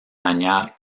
manière